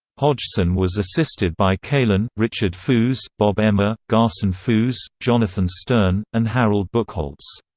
hodgson was assisted by kalan, richard foos, bob emmer, garson foos, jonathan stern, and harold buchholz.